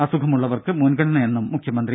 അസുഖമുള്ളവർക്ക് മുൻഗണനയെന്നും മുഖ്യമന്ത്രി